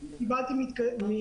אם קיבלתי מקדמות,